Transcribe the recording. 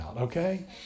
okay